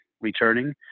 returning